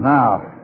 Now